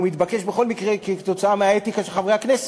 הוא מתבקש בכל מקרה כתוצאה מכללי האתיקה של חברי הכנסת.